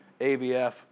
AVF